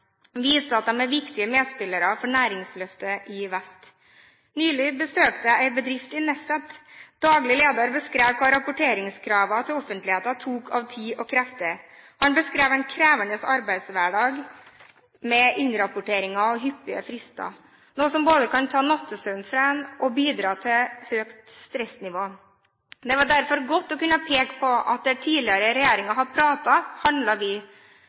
at de er viktige medspillere for næringsløftet i vest. Nylig besøkte jeg en bedrift i Nesset. Daglig leder beskrev hva rapporteringskravene til offentligheten tok av tid og krefter. Han beskrev en krevende arbeidshverdag med innrapporteringer og hyppige frister, noe som både kan ta nattesøvnen fra en og bidra til høyt stressnivå. Det var derfor godt å kunne peke på at der tidligere regjeringer har pratet, handler vi.